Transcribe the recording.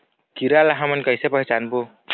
कीरा ला हमन कइसे पहचानबो?